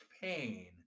pain